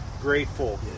grateful